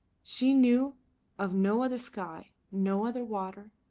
she knew of no other sky, no other water,